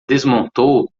desmontou